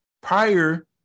prior